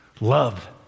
love